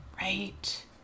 right